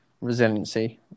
resiliency